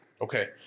Okay